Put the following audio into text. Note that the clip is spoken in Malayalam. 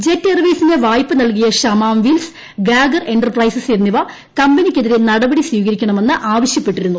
ജെറ്റ് എയർവെയ്സിന് വായ്പ നൽകിയ ഷമാംവീൽസ് ഗാഗർ എന്റർപ്രൈസസ് എന്നിവ കമ്പനിക്കെതിരെ നടപടി സ്വീകരിക്കണമെന്ന് ആവശ്യപ്പെട്ടിരുന്നു